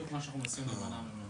זה בדיוק מה שאנחנו מנסים להימנע ממנו.